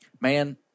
man